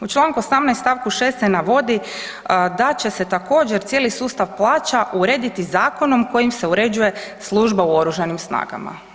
U čl. 18. stavku 6. se navodi da će se također cijeli sustav plaća urediti zakonom kojim se uređuje služba u Oružanim snagama.